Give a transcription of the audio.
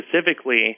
specifically